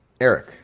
Eric